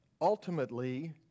ultimately